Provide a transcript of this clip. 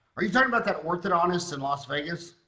are you talking about that orthodontist in las vegas?